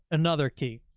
another key,